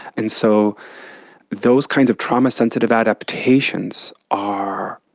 and so those kind of trauma sensitive adaptations are,